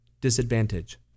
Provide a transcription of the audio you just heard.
disadvantage